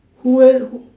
who else who